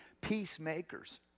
peacemakers